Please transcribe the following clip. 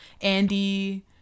Andy